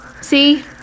See